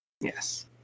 Yes